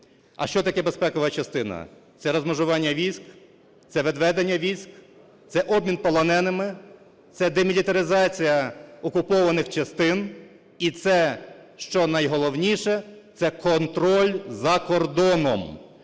А що таке безпекова частина? Це розмежування військ, це відведення військ, це обмін полоненими, це демілітаризація окупованих частин і це, що найголовніше, це контроль за кордоном.